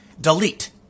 delete